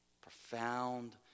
profound